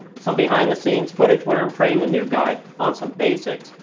some behind the scenes footage where i'm training a new guy on some basics.